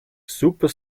super